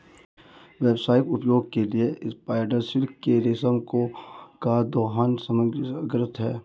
व्यावसायिक उपयोग के लिए स्पाइडर सिल्क के रेशम का दोहन समस्याग्रस्त है